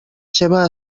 seva